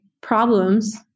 problems –